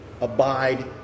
abide